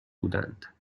بودند